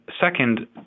second